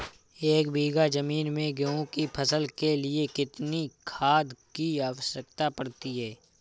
एक बीघा ज़मीन में गेहूँ की फसल के लिए कितनी खाद की आवश्यकता पड़ती है?